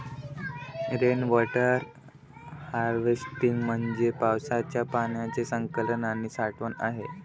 rain water harvesting म्हणजे पावसाच्या पाण्याचे संकलन आणि साठवण आहे